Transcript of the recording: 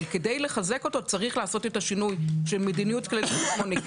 אבל כדי לחזק אותו צריך לעשות את השינוי של "מדיניות כללית" של 8ג